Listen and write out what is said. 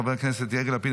חבר הכנסת יאיר לפיד,